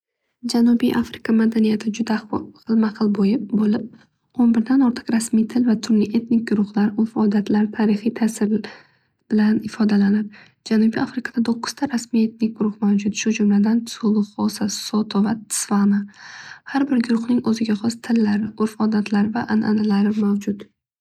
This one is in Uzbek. Janubiy afrika madaniyati juda hilma hil bo'yib bo'lib o'n birdan ortiq rasmiy til va etnik guruhlar, urf odatlar, tarixiy tasiri bilan ifodalanadi. Janubiy afrika to'qqizta rasmiy etnik guruh mavjud. Jumladan tsuluxosa, soto, tsvana. Har bir guruhning o'ziga xos tillari urf odatlari va tillari mavjud.